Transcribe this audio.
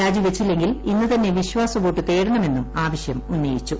രാജിവച്ചില്ലെങ്കിൽ ഇന്ന് തന്നെ വിശ്വാസ വോട്ട് തേടണമെന്നും ആവശ്യമുന്നയിച്ചു